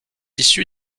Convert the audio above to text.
issu